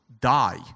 die